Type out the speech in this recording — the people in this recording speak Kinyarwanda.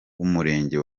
w’umurenge